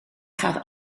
gaat